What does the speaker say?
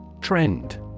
Trend